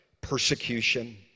persecution